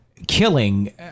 Killing